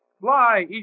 Fly